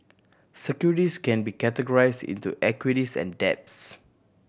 can be categorized into equities and debts